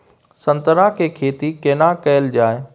संतरा के खेती केना कैल जाय?